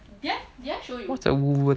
what's a woven